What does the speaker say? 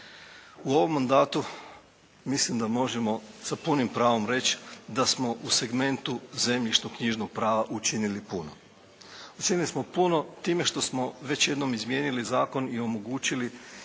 U ovom mandatu mislim da možemo sa punim pravom reć' da smo u segmentu zemljišno-knjižnog prava učinili puno. Učinili smo puno time što smo već jednom izmijenili zakon i omogućili jedno